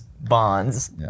bonds